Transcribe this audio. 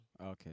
Okay